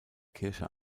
kirche